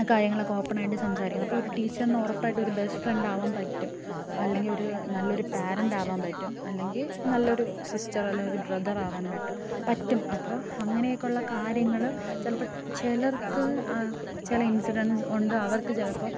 ആ കാര്യങ്ങളൊക്കെ ഓപ്പണായിട്ട് സംസാരിക്കണം അപ്പോൾ ഒരു ടീച്ചറിന് ഉറപ്പായിട്ടും ഒരു ബെസ്റ്റ് ഫ്രണ്ടാകാൻ പറ്റും അല്ലെങ്കിൽ ഒരു നല്ലൊരു പേരൻറ്റ് ആകാൻ പറ്റും അല്ലെങ്കിൽ നല്ലൊരു സിസ്റ്റർ അല്ല ഒരു ബ്രദറാകാനായിട്ട് പറ്റും അപ്പോൾ അങ്ങനെയൊക്കെ ഉള്ള കാര്യങ്ങൾ ചിലപ്പം ചിലർക്ക് ചില ഇൻസിഡൻസ് കൊണ്ട് അവർക്ക് ചിലപ്പോൾ